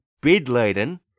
bed-laden